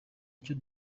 icyo